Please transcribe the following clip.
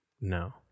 No